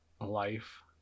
life